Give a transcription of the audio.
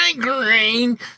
migraine